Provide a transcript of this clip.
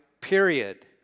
period